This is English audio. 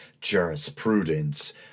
jurisprudence